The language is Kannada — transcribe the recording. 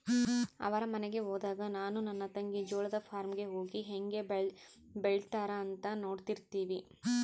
ಅವರ ಮನೆಗೆ ಹೋದಾಗ ನಾನು ನನ್ನ ತಂಗಿ ಜೋಳದ ಫಾರ್ಮ್ ಗೆ ಹೋಗಿ ಹೇಂಗೆ ಬೆಳೆತ್ತಾರ ಅಂತ ನೋಡ್ತಿರ್ತಿವಿ